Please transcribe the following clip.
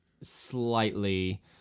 slightly